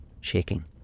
Shaking